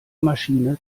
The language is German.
maschine